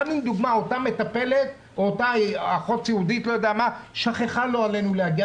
גם אם לדוגמה אותה מטפלת או אחות סיעודית שכחה להגיע,